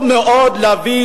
אלי אפללו,